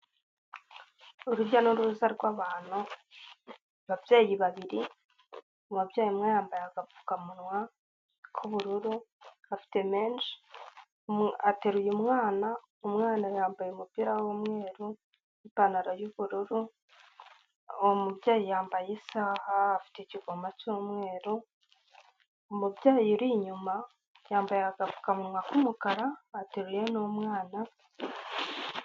Urujya n'uruza rw'abantu b'ababyeyi babiri, uwabya umwe yambaye agapfukamunwa k'ubururu afite menshi, ateruye umwana, umwana yambaye umupira w'umweru n'ipantaro y'ubururu. Uwo mubyeyi yambaye isaha afite ikigoma cy'umweru, umubyeyi uri inyuma yambaye agapfukamunwa k'umukara ateruye n'umwana.